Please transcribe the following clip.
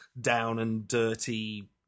down-and-dirty